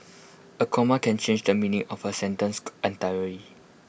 A comma can change the meaning of A sentence entirely